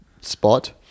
spot